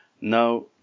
Now